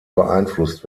beeinflusst